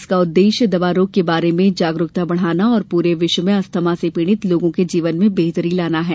इसका उद्देश्य दमा रोग के बारे में जागरूकता बढ़ाना और पूरे विश्व में अस्थमा से पीड़ित लोगों के जीवन में बेहतरी लाना है